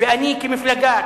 ואני כמפלגה,